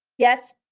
yes.